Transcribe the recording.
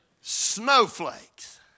Snowflakes